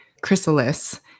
chrysalis